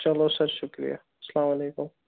چلو سَر شُکریہ اسلامُ علیکُم